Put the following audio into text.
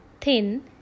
thin